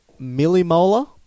millimolar